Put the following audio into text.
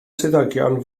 swyddogion